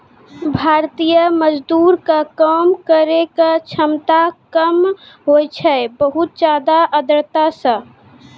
भारतीय मजदूर के काम करै के क्षमता कम होय जाय छै बहुत ज्यादा आर्द्रता सॅ